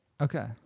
Okay